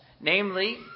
Namely